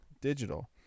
digital